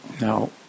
now